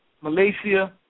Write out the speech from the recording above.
Malaysia